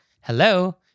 Hello